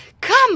come